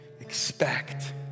expect